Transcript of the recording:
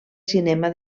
cinema